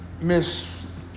Miss